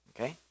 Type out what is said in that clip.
okay